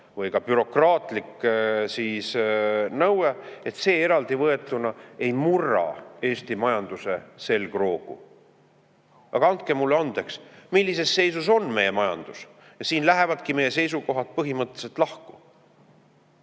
või ka bürokraatlik nõue eraldi võetuna ei murra Eesti majanduse selgroogu. Andke mulle andeks, aga millises seisus on meie majandus? Ja siin lähevadki meie seisukohad põhimõtteliselt lahku.